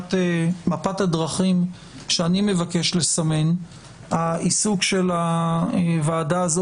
מבחינת מפת הדרכים שאני מבקש לסמן העיסוק של הוועדה הזאת